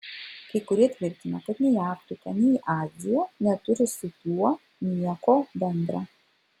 kai kurie tvirtina kad nei afrika nei azija neturi su tuo nieko bendra